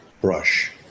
brush